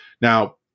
now